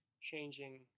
changing